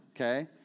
okay